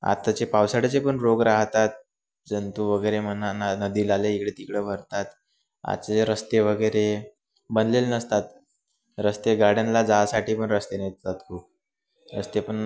आत्ताचे पावसाळ्याचे पण रोग राहतात जंतू वगैरे म्हणा नदी नाले इकडे तिकडं भरतात आताचे रस्ते वगैरे बनलेले नसतात रस्ते गाड्यांना जासाठी पण रस्ते नसतात खूप रस्ते पण